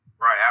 Right